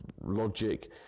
logic